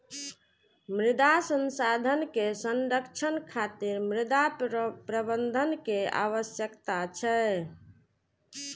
मृदा संसाधन के संरक्षण खातिर मृदा प्रबंधन के आवश्यकता छै